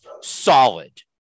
solid